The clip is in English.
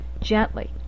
gently